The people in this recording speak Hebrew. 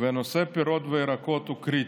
ונושא הפירות והירקות הוא קריטי.